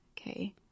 okay